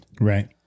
Right